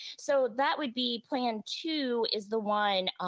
so that would be plan two is the one,